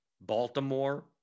Baltimore